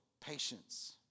patience